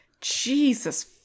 Jesus